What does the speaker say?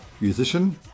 Musician